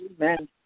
Amen